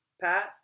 Pat